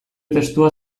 testua